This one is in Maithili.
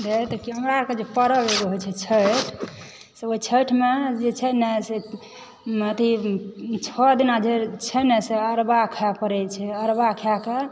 वएह देखिऔ हमरा आरके एगो पर्व होइ छै छठि से ओहि छठिमे जे छै नऽ से अथी छओ दिना जे छै नऽ से अरवा खाय पड़ै छै अरवा खाइके